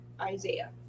Isaiah